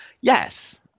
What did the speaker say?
Yes